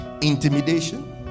Intimidation